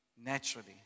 naturally